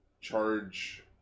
charge